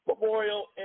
Memorial